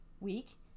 week